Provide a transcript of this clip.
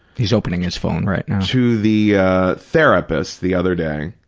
he's opening his phone right now. to the therapist the other day,